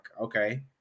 okay